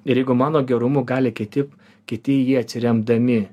ir jeigu mano gerumu gali kiti kiti į jį atsiremdami